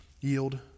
yield